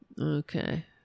Okay